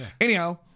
Anyhow